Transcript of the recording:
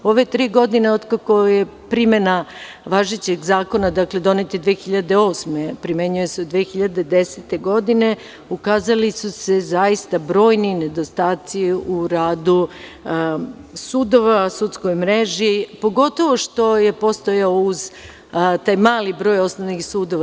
Ove tri godine od kako je primena važećeg zakona, donet je 2008, a primenjuje se od 2010. godine, ukazali su se zaista brojni nedostaci u radu sudova, u sudskoj mreži, pogotovo što je postojao uz taj mali broj osnovnih sudova.